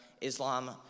Islam